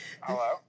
Hello